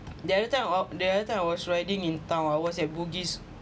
the other I wa~ the other time I was riding in town I was at bugis